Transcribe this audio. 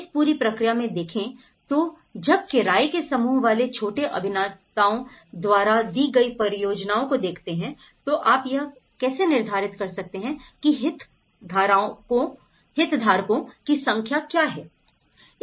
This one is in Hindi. इस पूरी प्रक्रिया में देखें तो जब किराये के समूह वाले छोटे अभिनेताओं द्वारा दी गई परियोजनाओं को देखते हैं तो आप यह कैसे निर्धारित कर सकते हैं की हितधारकों की संख्या क्या है